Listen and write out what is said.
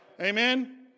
Amen